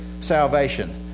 salvation